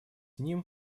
ним